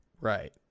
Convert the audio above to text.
Right